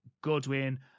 Goodwin